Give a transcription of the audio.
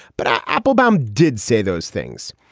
but ah applebaum did say those things.